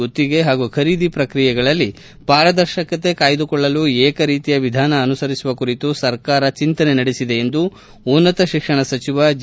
ಗುತ್ತಿಗೆ ಹಾಗೂ ಖರೀದಿ ಪ್ರಕ್ರಿಯೆಗಳಲ್ಲಿ ಪಾರದರ್ಶಕತೆ ಕಾಯ್ಗುಕೊಳ್ಳಲು ಏಕ ರೀತಿಯ ವಿಧಾನ ಅನುಸರಿಸುವ ಕುರಿತು ಸರ್ಕಾರ ಚಿಂತನೆ ನಡೆಸಿದೆ ಎಂದು ಉನ್ನತ ಶಿಕ್ಷಣ ಸಚಿವ ಜಿ